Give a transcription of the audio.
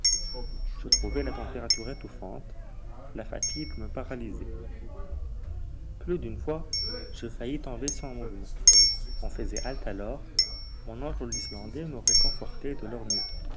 je trouvais la température étouffante la fatigue me paralysait plus d'une fois je faillis tomber sans mouvement on faisait halte alors mon oncle ou l'islandais me réconfortaient de leur mieux